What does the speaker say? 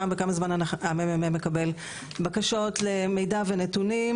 פעם בכמה זמן ה-ממ"מ מקבל בקשות למידע ונתונים,